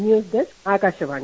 news desk Akashvani